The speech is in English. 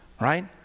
right